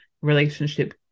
relationship